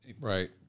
Right